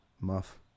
muff